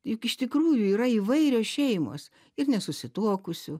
juk iš tikrųjų yra įvairios šeimos ir nesusituokusių